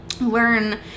learn